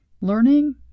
Learning